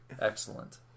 Excellent